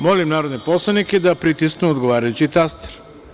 Molim narodne poslanike da pritisnu odgovarajući taster.